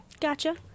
Gotcha